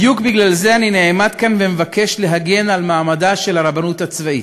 בדיוק בגלל זה אני עומד כאן ומבקש להגן על מעמדה של הרבנות הצבאית.